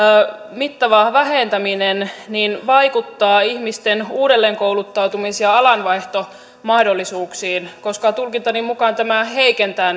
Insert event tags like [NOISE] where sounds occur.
mittava vähentäminen vaikuttaa ihmisten uudelleenkouluttautumis ja alanvaihtomahdollisuuksiin koska tulkintani mukaan tämä heikentää [UNINTELLIGIBLE]